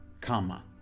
comma